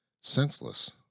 senseless